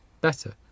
better